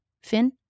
Finn